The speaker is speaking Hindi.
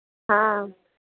हाँ